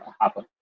happen